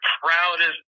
proudest